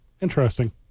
Interesting